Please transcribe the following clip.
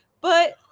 but-